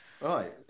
Right